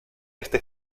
este